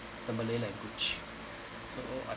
the malay language so o I